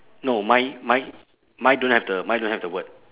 no mine mine mine don't have the mine don't have the word